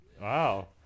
Wow